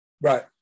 Right